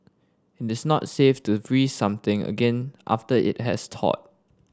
it is not safe to freeze something again after it has thawed